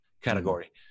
category